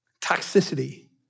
toxicity